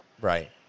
right